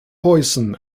poison